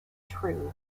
true